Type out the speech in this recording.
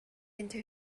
into